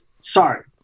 Sorry